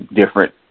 different